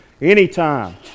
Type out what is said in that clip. anytime